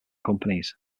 companies